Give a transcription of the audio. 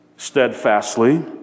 steadfastly